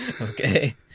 okay